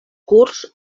kurds